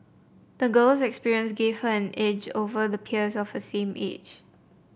the girl's experiences gave her an edge over her peers of the same age